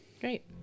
Great